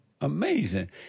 Amazing